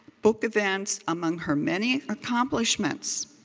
book events among her many accomplishments.